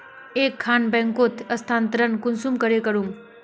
एक खान बैंकोत स्थानंतरण कुंसम करे करूम?